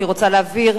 היא רוצה להבהיר